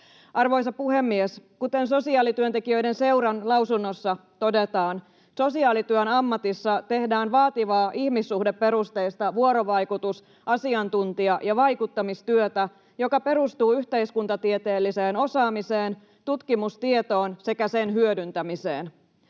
Arvoisa puhemies! Kuten Sosiaalityöntekijöiden seuran lausunnossa todetaan, sosiaalityön ammatissa tehdään vaativaa ihmissuhdeperusteista vuorovaikutus-, asiantuntija- ja vaikuttamistyötä, joka perustuu yhteiskuntatieteelliseen osaamiseen, tutkimustietoon sekä sen hyödyntämiseen.